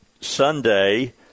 Sunday